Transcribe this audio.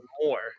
more